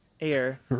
Air